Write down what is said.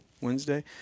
Wednesday